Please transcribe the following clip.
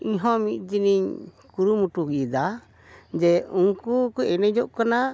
ᱤᱧᱦᱚᱸ ᱢᱤᱫ ᱫᱤᱱᱤᱧ ᱠᱩᱨᱩᱢᱩᱴᱩᱭᱮᱫᱟ ᱡᱮ ᱩᱱᱠᱩ ᱠᱚ ᱮᱱᱮᱡᱚᱜ ᱠᱟᱱᱟ